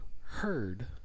heard